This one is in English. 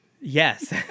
yes